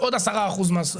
עוד עשרה אחוזים מס מכירה.